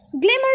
Glimmer